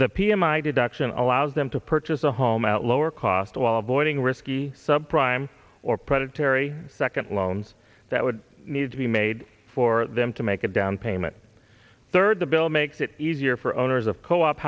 the p m i deduction allows them to purchase a home at lower cost while avoiding risky sub prime or predatory second loans that would need to be made for them to make a downpayment third the bill makes it easier for owners of co op